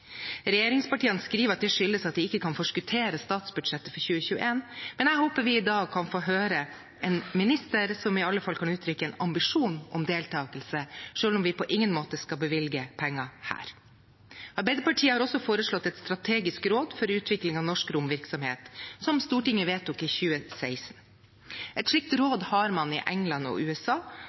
Regjeringspartiene skriver at det skyldes at de «kan ikke forskuttere arbeidet med statsbudsjettet for 2021», men jeg håper vi i dag kan få høre en statsråd som i alle fall kan uttrykke en ambisjon om deltakelse, selv om vi på ingen måte skal bevilge penger her. Arbeiderpartiet har også foreslått et strategisk råd for utvikling av norsk romvirksomhet, som Stortinget vedtok i 2016. Et slikt råd har man i England og USA,